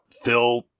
Phil